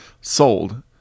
sold